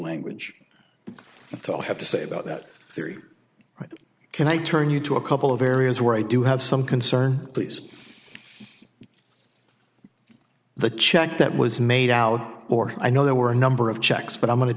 language to have to say about that theory right can i turn you to a couple of areas where i do have some concern please the check that was made out or i know there were a number of checks but i'm going to